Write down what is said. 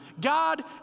God